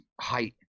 height